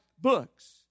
books